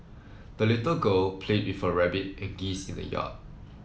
the little girl played with her rabbit and geese in the yard